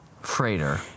freighter